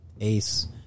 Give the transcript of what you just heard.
ace